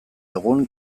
egun